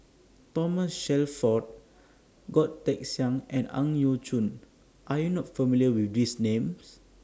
Thomas Shelford Goh Teck Sian and Ang Yau Choon Are YOU not familiar with These Names